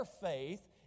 faith